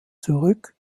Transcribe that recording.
zurück